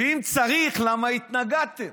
ואם צריך, למה התנגדתם?